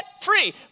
free